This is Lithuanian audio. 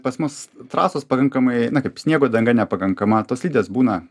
pas mus trasos pakankamai na kaip sniego danga nepakankama tos slidės būna